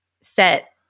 set